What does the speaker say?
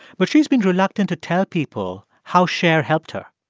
but she's been reluctant to tell people how cher helped her.